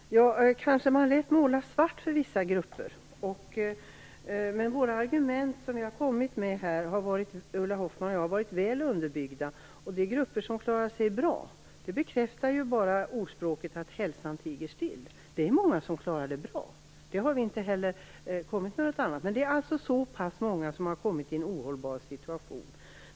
Fru talman! Man kanske lätt målar en svart bild för vissa grupper, men de argument som Ulla Hoffmann och jag har kommit med har varit väl underbyggda. När man säger att det är grupper som klarar sig bra, bekräftar man bara ordspråket "Hälsan tiger still". Det är många som klarar sig bra - vi har inte sagt något annat - men det är ändå många som har kommit i en ohållbar situation.